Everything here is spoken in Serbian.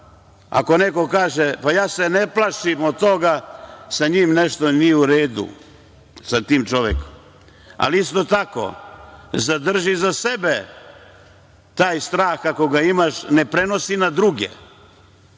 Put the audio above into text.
ako neko kaže – ja se ne plašim od toga, sa njim nešto nije u redu. Ali, isto tako, zadrži za sebe taj strah ako ga imaš, ne prenosi na druge.